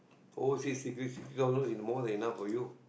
overseas degrees sixty thousand is more than enough for you